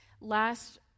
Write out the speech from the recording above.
last